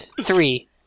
Three